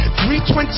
320